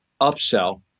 upsell